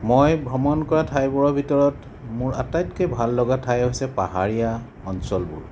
মই ভ্ৰমণ কৰা ঠাইবোৰৰ ভিতৰত মোৰ আটাইতকৈ ভাল লগা ঠাই হৈছে পাহাৰীয়া অঞ্চলবোৰ